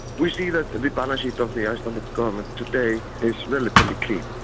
we see that the balance sheet of the icelandic government today is relatively clean.